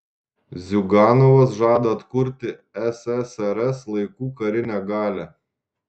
ziuganovas žada atkurti ssrs laikų karinę galią